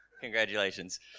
Congratulations